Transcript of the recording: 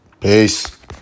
Peace